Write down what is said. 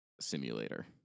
simulator